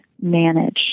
Manage